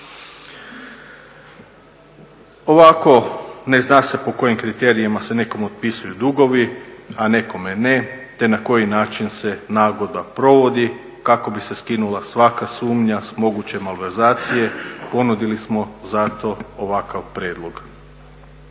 Ovako ne zna se po kojim kriterijima se nekome otpisuju dugovi a nekome ne te na koji način se nagodba provodi kako bi se skinula svaka sumnja s moguće malverzacije ponudili smo zato ovakav prijedlog.